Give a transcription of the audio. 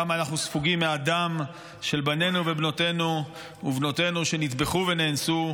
כמה אנחנו ספוגים מהדם של בנינו ובנותינו שנטבחו ושנאנסו,